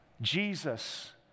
Jesus